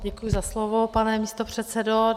Děkuji za slovo, pane místopředsedo.